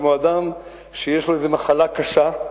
כמו אדם שיש לו מחלה קשה,